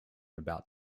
about